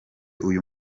uyu